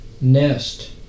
nest